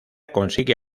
consigue